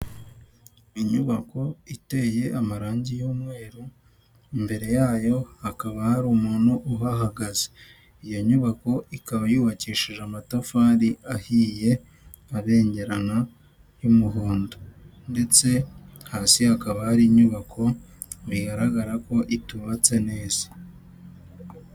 Inyubako iteye amarangi y'umweru, imbere yayo hakaba hari umuntu uhahagaze. Iyo nyubako ikaba yubakishije amatafari ahiye abengerana y'umuhondo ndetse hasi hakaba hari inyubako bigaragara ko itubatse neza.